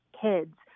kids